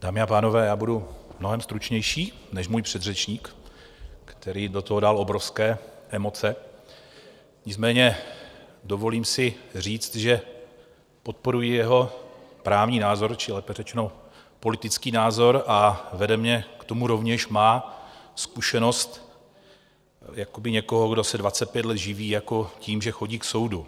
Dámy a pánové, budu mnohem stručnější než můj předřečník, který do toho dal obrovské emoce, Nicméně dovolím si říct, že podporuji jeho právní názor či lépe řečeno politický názor, a vede mě k tomu rovněž má zkušenost jako někoho, kdo se 25 let živí jako tím, že chodí k soudu.